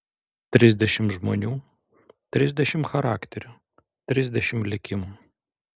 trisdešimt žmonių trisdešimt charakterių trisdešimt likimų